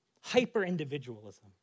Hyper-individualism